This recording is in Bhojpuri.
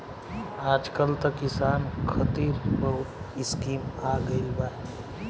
आजकल त किसान खतिर बहुत स्कीम आ गइल बा